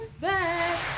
back